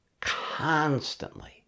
constantly